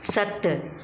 सत